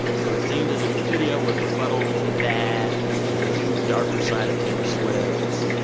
so it seemed as if the video was a rebuttal to that and a new, darker side of taylor swift.